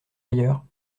ailleurs